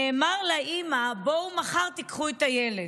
נאמר לאימא: בואו מחר, תיקחו את הילד.